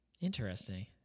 Interesting